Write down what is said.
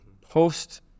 Post